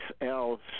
else